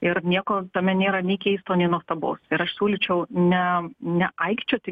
ir nieko tame nėra nei keisto nei nuostabaus ir aš siūlyčiau ne ne aikčioti